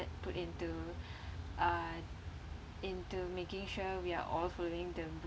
put into uh into making sure we are all following the